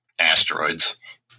asteroids